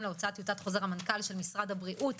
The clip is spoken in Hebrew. להוצאת טיוטת חוזר המנכ"ל של משרד הבריאות.